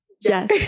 Yes